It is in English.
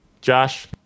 Josh